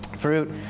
Fruit